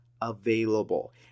available